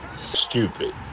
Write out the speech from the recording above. stupid